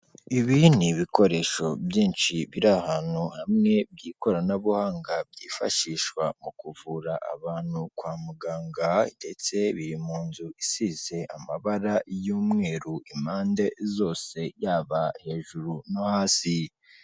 Ibi ni ibikoresho byinshi biri ahantu hamwe by'ikoranabuhanga, byifashishwa mu kuvura abantu kwa muganga ndetse biri mu nzu isize amabara y'umweru impande zose, yaba hejuru no hasi.